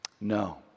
No